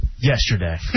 Yesterday